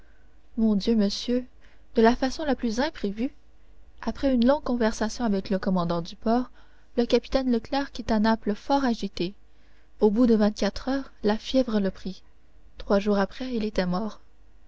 mon dieu monsieur de la façon la plus imprévue après une longue conversation avec le commandant du port le capitaine leclère quitta naples fort agité au bout de vingt-quatre heures la fièvre le prit trois jours après il était mort